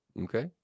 Okay